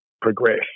progress